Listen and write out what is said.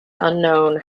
unknown